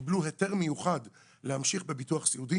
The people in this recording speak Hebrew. שקיבלו היתר מיוחד להמשיך בביטוח סיעודי.